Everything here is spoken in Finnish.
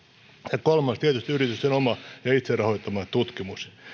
ja kolmas on tietysti yritysten oma ja itse rahoittama tutkimus